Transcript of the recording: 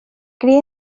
cria